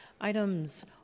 Items